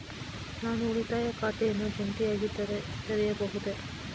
ನಾನು ಉಳಿತಾಯ ಖಾತೆಯನ್ನು ಜಂಟಿಯಾಗಿ ತೆರೆಯಬಹುದೇ?